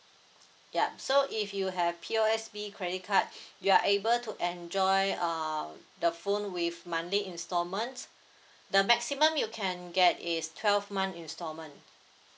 yup so if you have P_O_S_B credit card you are able to enjoy um the phone with monthly installment the maximum you can get is twelve month installment